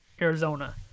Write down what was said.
Arizona